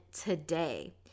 today